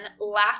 last